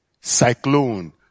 cyclone